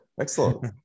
excellent